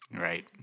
Right